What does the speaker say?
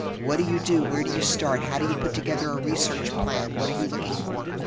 what do you do? where do you start? how do you put together a research plan? what are you looking for?